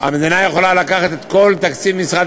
המדינה יכולה לקחת את כל תקציב משרד